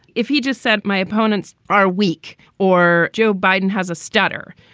if he just said, my opponents are weak or joe biden has a stutter,